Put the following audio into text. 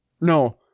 no